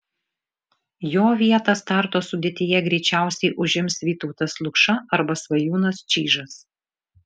jo vietą starto sudėtyje greičiausiai užims vytautas lukša arba svajūnas čyžas